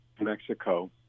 Mexico